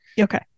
Okay